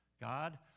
God